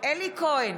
אלי כהן,